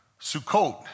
Sukkot